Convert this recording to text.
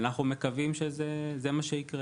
אנחנו מקווים שזה מה שיקרה.